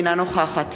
אינה נוכחת